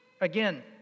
Again